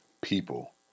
people